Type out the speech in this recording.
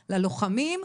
ללוחמים,